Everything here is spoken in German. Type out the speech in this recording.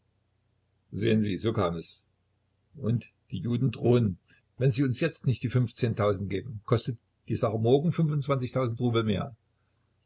sehen sie so kam es und die juden drohen wenn sie uns jetzt nicht die fünfzehntausend geben kostet die sache morgen fünfundzwanzigtausend rubel mehr